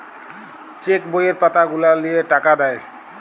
check বইয়ের পাতা গুলা লিয়ে টাকা দেয়